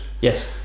yes